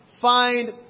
find